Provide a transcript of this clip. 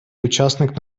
учасник